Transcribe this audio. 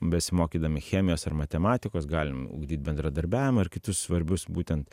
besimokydami chemijos ar matematikos galim ugdyt bendradarbiavimą ir kitus svarbius būtent